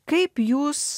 kaip jūs